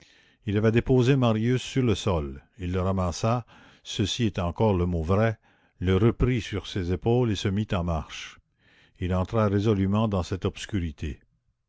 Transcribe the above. il avait déposé marius sur le sol il le ramassa ceci est encore le mot vrai le reprit sur ses épaules et se mit en marche il entra résolument dans cette obscurité